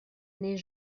n’est